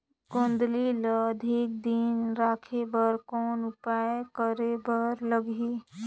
गोंदली ल अधिक दिन राखे बर कौन उपाय करे बर लगही?